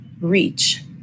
reach